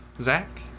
Zach